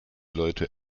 leute